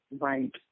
right